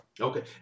okay